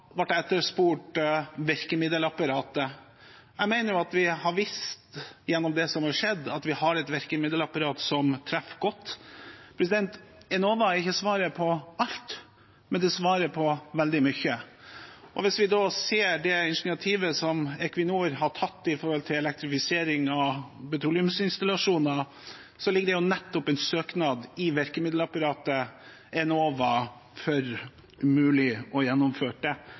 ble virkemiddelapparatet etterspurt. Jeg mener at vi har vist gjennom det som har skjedd, at vi har et virkemiddelapparat som treffer godt. Enova er ikke svaret på alt, men det er svaret på veldig mye. Og hvis vi ser det initiativet som Equinor har tatt med hensyn til elektrifisering av petroleumsinstallasjoner, så ligger det jo en søknad i virkemiddelapparatet Enova for om mulig å få gjennomført det.